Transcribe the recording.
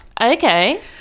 Okay